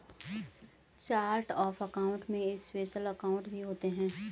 chart of account में special account भी होते हैं